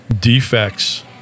defects